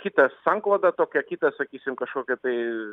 kitą sanklodą tokią kitą sakysim kažkokią tai